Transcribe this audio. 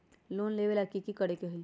Loan लेबे ला की कि करे के होतई?